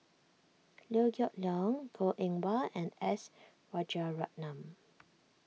Liew Geok Leong Goh Eng Wah and S Rajaratnam